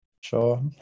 sure